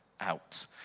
out